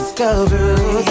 Discovery